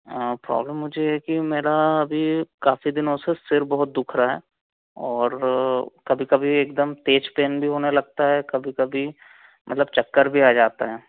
हाँ प्रॉब्लम मुझे एक ही मेरा अभी काफ़ी दिनों से सिर बहुत दुख रहा है और कभी कभी एकदम तेज़ पेन भी होने लगता है कभी कभी मतलब चक्कर भी आ जाते हैं